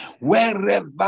wherever